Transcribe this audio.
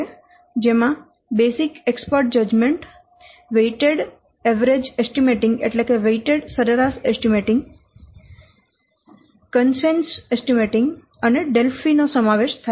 જેમાં basic expert judgement weighted સરેરાશ estimating consensus estimating અને ડેલ્ફી નો સમાવેશ થાય છે